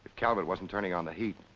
calvert wasn't turning on the heat,